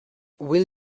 will